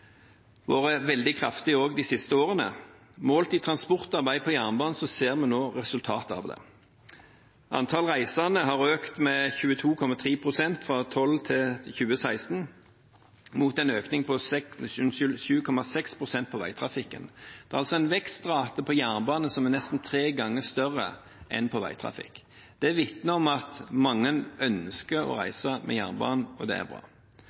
vært veldig kraftig også de siste årene. Målt i transportarbeid på jernbane ser vi nå resultatet av det. Antall reisende har økt med 22,3 pst. fra 2012 til 2016, mot en økning på 7,6 pst. for veitrafikken. Det er altså en vekstrate for jernbanen som er nesten tre ganger større enn for veitrafikken. Det vitner om at mange ønsker å reise med jernbanen, og det er bra.